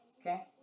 Okay